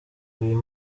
uyu